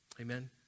Amen